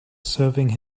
serving